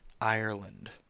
Ireland